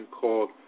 called